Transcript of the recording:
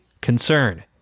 concern